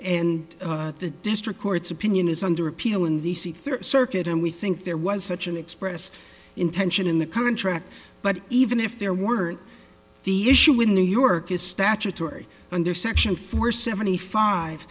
and the district court's opinion is under appeal in the sea third circuit and we think there was such an express intention in the contract but even if there weren't the issue in new york is statutory under section four seventy five